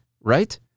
Right